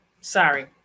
sorry